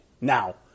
Now